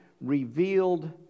revealed